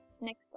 next